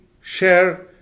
share